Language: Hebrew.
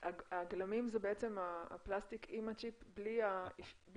הגלמים זה בעצם הפלסטיק עם הצ'יפ בלי